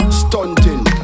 stunting